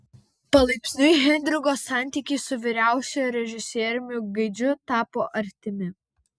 palaipsniui henriko santykiai su vyriausiuoju režisieriumi gaidžiu tapo artimi